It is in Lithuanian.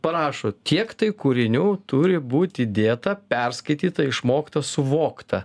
parašo tiek tai kūrinių turi būt įdėta perskaityta išmokta suvokta